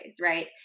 right